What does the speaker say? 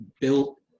built